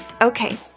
Okay